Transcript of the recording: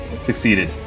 succeeded